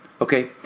Okay